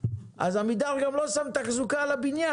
אז עמידר גם לא שמו תחזוקה על הבניין.